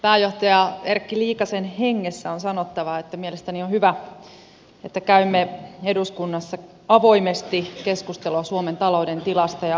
pääjohtaja erkki liikasen hengessä on sanottava että mielestäni on hyvä että käymme eduskunnassa avoimesti keskustelua suomen talouden tilasta ja haasteista